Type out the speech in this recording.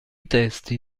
testi